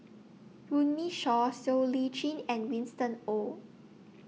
Runme Shaw Siow Lee Chin and Winston Oh